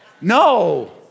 no